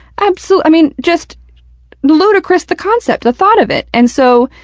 absolutely i mean, just ludicrous the concept, the thought of it, and so,